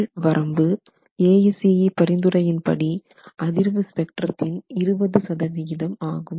கீழ் வரம்பு ASCE பரிந்துரையின் படி அதிர்வு ஸ்பெக்ட்ரத்தின் 20 சதவிகிதம் ஆகும்